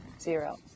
zero